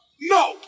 No